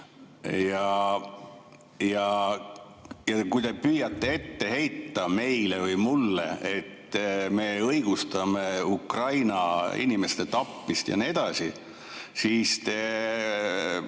Kui te püüate ette heita meile või mulle, et me õigustame Ukraina inimeste tapmist ja nii edasi, siis te